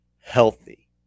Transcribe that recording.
healthy